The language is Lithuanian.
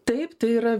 taip tai yra